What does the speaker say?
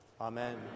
Amen